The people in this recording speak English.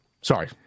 Sorry